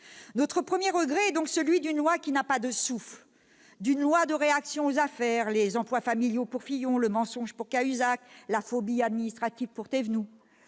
Notre premier regret est donc celui d'une loi qui n'a pas de souffle, d'une loi de réaction aux affaires. Les emplois familiaux pour Fillon, le mensonge pour Cahuzac, la phobie administrative pour Thévenoud